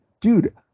Dude